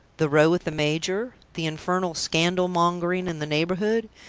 the row with the major? the infernal scandal-mongering in the neighborhood?